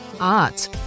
art